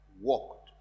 walked